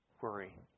worry